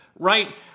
Right